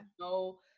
no